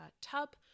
tub